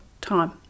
time